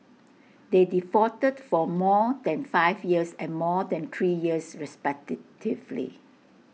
they defaulted for more than five years and more than three years respected